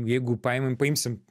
jeigu paimam paimsim